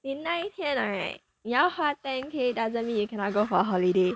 你那一天 right 你要花 ten k doesn't mean you cannot go for holiday